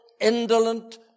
indolent